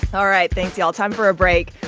all right. thanks, y'all. time for a break.